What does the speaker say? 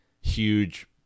huge